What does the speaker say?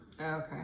okay